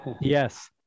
yes